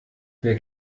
wer